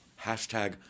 Hashtag